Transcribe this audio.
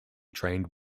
trained